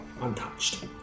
untouched